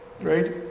Right